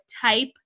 type